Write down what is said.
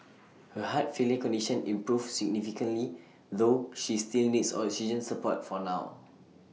her heart failure condition improved significantly though she still needs oxygen support for now